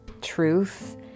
truth